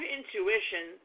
intuition